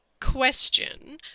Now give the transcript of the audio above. Question